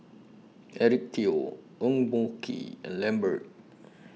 Eric Teo Eng Boh Kee and Lambert